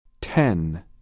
Ten